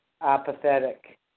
apathetic